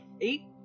eight